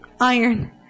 iron